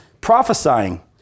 prophesying